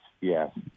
yes